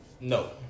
No